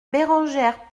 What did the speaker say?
bérengère